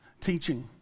teaching